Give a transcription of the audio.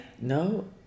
No